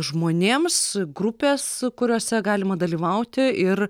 žmonėms grupės kuriose galima dalyvauti ir